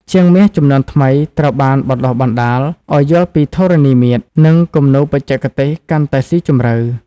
ជាងមាសជំនាន់ថ្មីត្រូវបានបណ្ដុះបណ្ដាលឱ្យយល់ពីធរណីមាត្រ និងគំនូរបច្ចេកទេសកាន់តែស៊ីជម្រៅ។